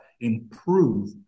improve